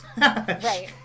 Right